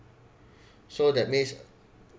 so that means